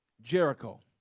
Jericho